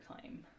claim